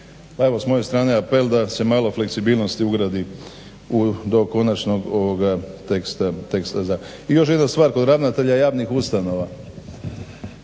evo s moje strane apel da se malo fleksibilnosti ugradi u do konačnog ovoga teksta zakona. I još jedna stvar kod ravnatelja javnih ustanova.